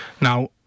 Now